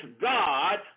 God